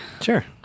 Sure